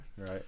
Right